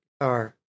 guitar